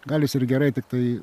gal jis ir gerai tiktai